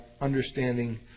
understanding